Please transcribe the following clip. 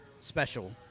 special